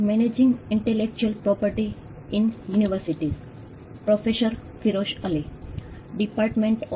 બધાને નમસ્તે આપત્તિ પુનપ્રાપ્તિ અને વધુ સારું નિર્માણ કરો પરના લેક્ચર શ્રેણીમાં આપનું સ્વાગત છે